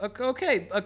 okay